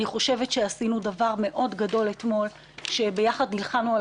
עשינו דבר גדול מאד אתמול שביחד נלחמנו על